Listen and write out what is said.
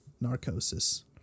narcosis